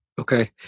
Okay